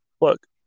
look